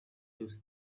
yose